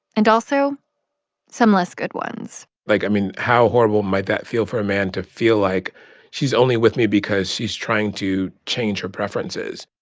and also some less good ones like, i mean, how horrible might that feel for a man to feel like she's only with me because she's trying to change her preferences?